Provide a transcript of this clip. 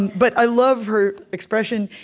but i love her expression.